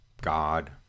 God